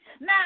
Now